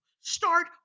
Start